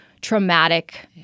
traumatic